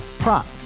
Prop